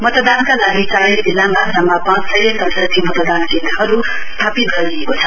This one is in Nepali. मतदानका लागि चारै जिल्लामा जम्मा पाँचसय सड़सठी मतदान केन्द्रहरु स्थापित गरिएको छ